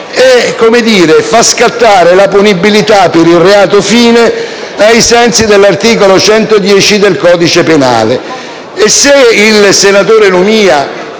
fa scattare la punibilità per il reato-fine ai sensi dell'articolo 110 del codice penale. Se il senatore Lumia